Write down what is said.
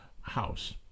house